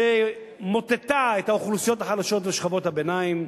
שמוטטה את האוכלוסיות החלשות ושכבות הביניים,